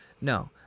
No